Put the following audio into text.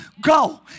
Go